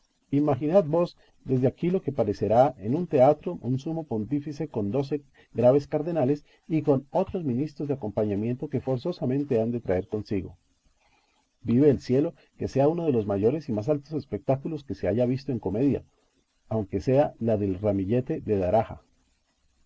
imaginad vos desde aquí lo que parecerá en un teatro un sumo pontífice con doce graves cardenales y con otros ministros de acompañamiento que forzosamente han de traer consigo vive el cielo que sea uno de los mayores y más altos espectáculos que se haya visto en comedia aunque sea la del ramillete de daraja